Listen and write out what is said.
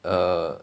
uh